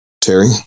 Terry